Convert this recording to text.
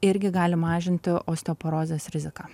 irgi gali mažinti osteoporozės riziką